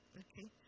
okay